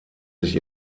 sich